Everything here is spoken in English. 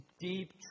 deep